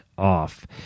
Off